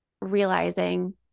realizing